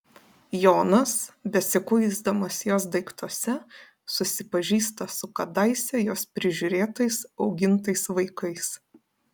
jonas besikuisdamas jos daiktuose susipažįsta su kadaise jos prižiūrėtais augintais vaikais